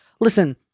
Listen